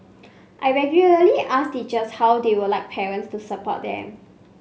I regularly ask teachers how they would like parents to support them